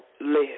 live